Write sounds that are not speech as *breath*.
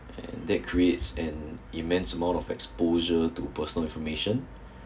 and that creates an immense amount of exposure to personal information *breath*